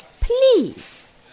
please